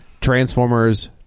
Transformers